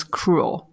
cruel